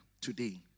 today